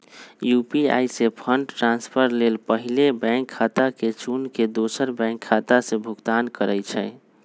UPI से fund transfer लेल पहिले बैंक खता के चुन के दोसर बैंक खता से भुगतान करइ छइ